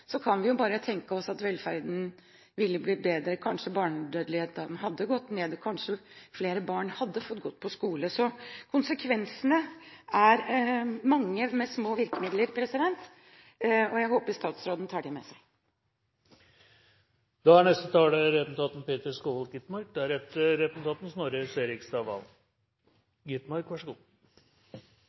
kan vi tenke oss at velferden ville blitt bedre – kanskje barnedødeligheten hadde gått ned, kanskje flere barn hadde fått gå på skole. Konsekvensene er mange med små virkemidler, og jeg håper statsråden tar dem med seg. Tusenårsmålene er